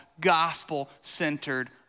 gospel-centered